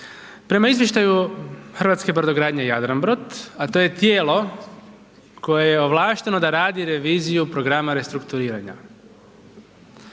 Prema izvještaju hrvatske brodogradnje Jadranbrod, a to je tijelo koje je ovlašteno da radi reviziju programa restrukturiranja.